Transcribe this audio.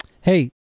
Hey